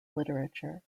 literature